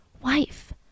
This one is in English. wife